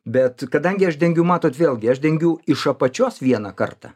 bet kadangi aš dengiu matot vėlgi aš dengiu iš apačios vieną kartą